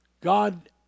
God